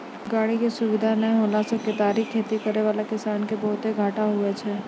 गाड़ी के सुविधा नै होला से केतारी खेती करै वाला किसान के बहुते घाटा हुवै छै